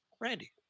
Randy